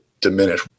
diminish